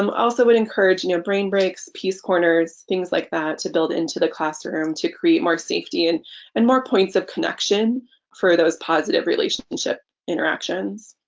um also would encourage new brain breaks piece corners things like that to build into the classroom to create more safety and and more points of connection for those positive relationship interactions.